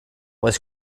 was